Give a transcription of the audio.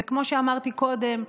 וכמו שאמרתי קודם,